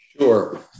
Sure